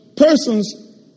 Persons